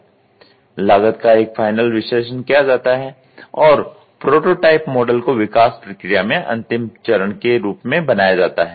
लागत का एक फाइनल विश्लेषण किया जाता है और प्रोटोटाइप मॉडल को विकास प्रक्रिया में अंतिम चरण के रूप में बनाया जाता है